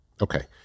Okay